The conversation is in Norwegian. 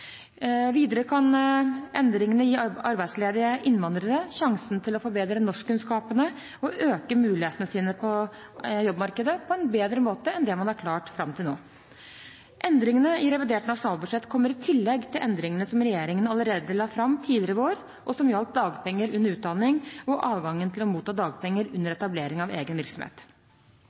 Videre kan endringene gi arbeidsledige innvandrere sjansen til å forbedre norskkunnskapene sine og øke mulighetene på jobbmarkedet på en bedre måte enn det man har klart fram til nå. Endringene i revidert nasjonalbudsjett kommer i tillegg til endringene som regjeringen la fram allerede tidligere i vår, og som gjaldt dagpenger under utdanning og adgangen til å motta dagpenger under etablering av egen virksomhet.